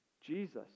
Jesus